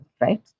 right